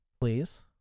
Please